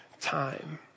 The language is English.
time